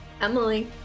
Emily